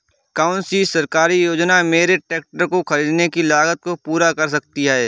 कौन सी सरकारी योजना मेरे ट्रैक्टर को ख़रीदने की लागत को पूरा कर सकती है?